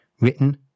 Written